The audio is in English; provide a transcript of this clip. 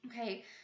Okay